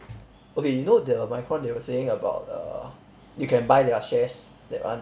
okay you know the micron they were saying about the you can buy their shares that one